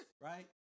Right